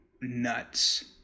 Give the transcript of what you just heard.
nuts